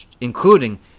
including